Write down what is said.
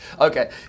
okay